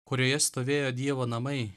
kurioje stovėjo dievo namai